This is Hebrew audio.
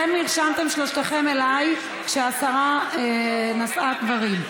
אתם נרשמתם, שלושתכם, אצלי, כשהשרה נשאה דברים.